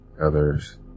others